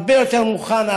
הרבה יותר מוכן,